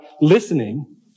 listening